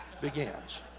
begins